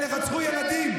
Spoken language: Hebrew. אלה רצחו ילדים.